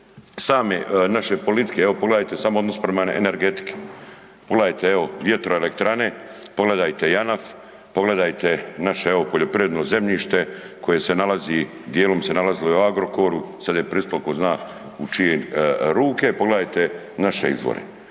same naše politike, evo pogledajte samo odnos prema energetiki. Pogledajte evo vjetroelektrane, pogledajte Janaf, pogledajte naše evo poljoprivredno zemljište koje se nalazi, dijelom se nalazilo i u Agrokoru, sad je prispjelo ko zna u čije ruke, pogledajte naše izvore.